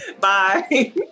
Bye